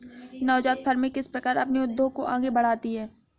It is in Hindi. नवजात फ़र्में किस प्रकार अपने उद्योग को आगे बढ़ाती हैं?